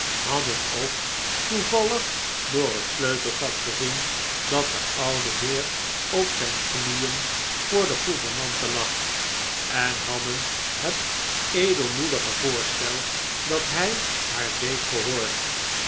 hadden ook toevallig door het sleutelgat gezien dat de oude heer op zijn knieen voor de gouvernante lag en hadden het edelmoedige voorstel dat hij haar deed gelioord